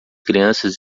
crianças